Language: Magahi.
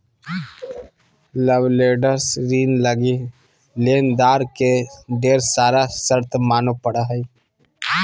लवरेज्ड ऋण लगी लेनदार के ढेर सारा शर्त माने पड़ो हय